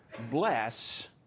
Bless